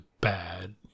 bad